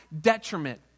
detriment